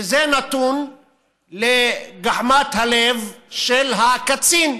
וזה נתון לגחמת הלב של הקצין.